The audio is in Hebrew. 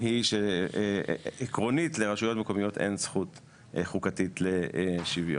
היא שעקרונית לרשויות מקומיות אין זכות חוקתית לשוויון.